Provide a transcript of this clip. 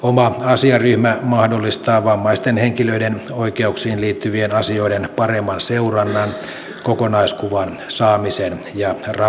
oma asiaryhmä mahdollistaa vammaisten henkilöiden oikeuksiin liittyvien asioiden paremman seurannan kokonaiskuvan saamisen ja raportoinnin